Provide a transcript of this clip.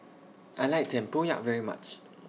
I like Tempoyak very much